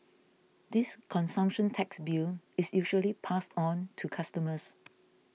this consumption tax bill is usually passed on to customers